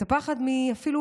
את הפחד מאפילו,